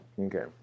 Okay